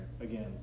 again